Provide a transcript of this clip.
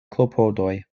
klopodoj